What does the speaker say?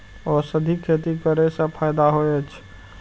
औषधि खेती करे स फायदा होय अछि?